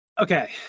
Okay